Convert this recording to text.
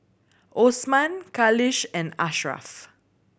Osman Khalish and Ashraff